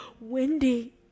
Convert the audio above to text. Wendy